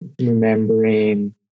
remembering